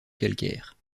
calcaire